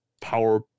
power